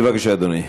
בבקשה, אדוני.